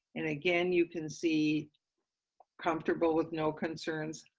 and again, you can see comfortable with no concerns,